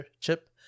chip